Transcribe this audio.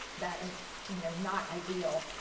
that is you know not ideal.